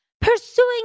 Pursuing